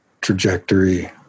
trajectory